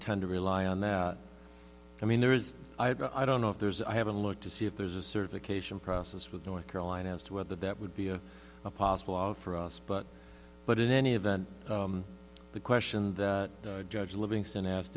tend to rely on that i mean there is i don't know if there's i haven't looked to see if there's a certification process with north carolina as to whether that would be a possible all for us but but in any event the question the judge livingston as